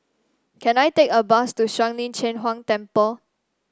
can I take a bus to Shuang Lin Cheng Huang Temple